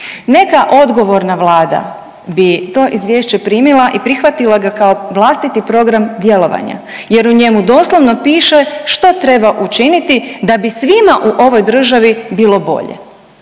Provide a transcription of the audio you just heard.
Neka odgovorna Vlada bi to Izvješće i primila i prihvatila ga kao vlastiti program djelovanja jer u njemu doslovno piše što treba učiniti da bi svima u ovoj državi bilo bolje.